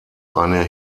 eine